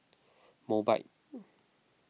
Mobike